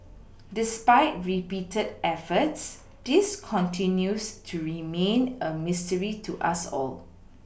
despite repeated efforts this continues to remain a mystery to us all